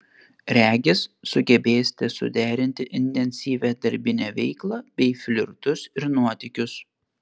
regis sugebėsite suderinti intensyvią darbinę veiklą bei flirtus ir nuotykius